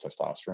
testosterone